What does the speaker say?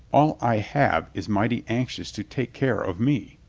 all i have is mighty anxious to take care of me.